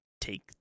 take